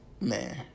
man